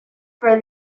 for